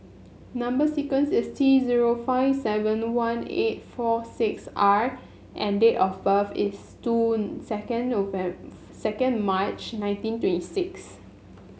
number sequence is T zero five seven one eight four six R and date of birth is two second second March nineteen twenty six